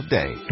day